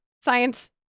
science